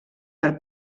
per